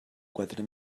quatre